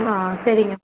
ஆ ஆ சரிங்க